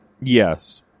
Yes